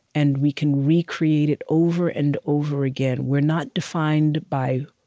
and we can recreate it, over and over again. we're not defined by